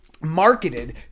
marketed